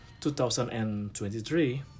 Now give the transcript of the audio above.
2023